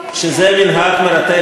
שזה מנהג מרתק.